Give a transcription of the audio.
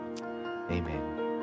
Amen